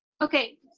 okay